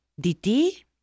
Diti